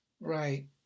Right